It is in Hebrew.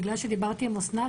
בגלל שדיברתי עם אסנת,